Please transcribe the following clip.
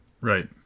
Right